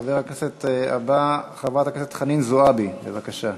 חבר הכנסת הבא, חברת הכנסת חנין זועבי, בבקשה,